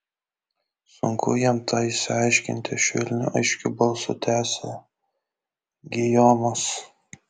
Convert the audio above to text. sunku jam tą išaiškinti švelniu aiškiu balsu tęsė gijomas